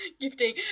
gifting